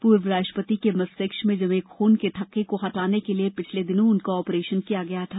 पूर्व राष्ट्रपति के मस्तिष्क में जमे खून के थक्के को हटाने के लिए पिछले दिनों उनका ऑपरेशन किया गया था